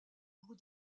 bout